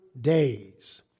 days